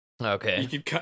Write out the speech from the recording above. Okay